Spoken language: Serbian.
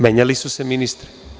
Menjali su se ministri.